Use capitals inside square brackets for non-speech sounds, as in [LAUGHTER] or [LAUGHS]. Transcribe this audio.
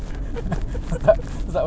[LAUGHS]